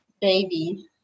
baby